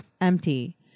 empty